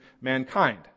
mankind